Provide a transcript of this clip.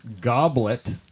goblet